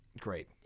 Great